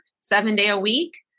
seven-day-a-week